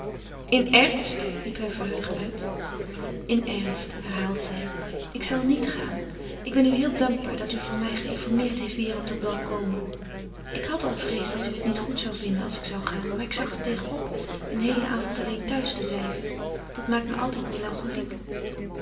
in ernst riep hij verheugd uit in ernst herhaalde zij ik zal niet gaan ik ben u heel dankbaar dat u voor mij geïnformeerd heeft wie er op dat bal komen ik had al vrees dat u het niet goed zou vinden als ik zou gaan maar ik zag er tegen op een geheelen avond alleen thuis te blijven dat maakt me altijd